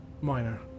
Minor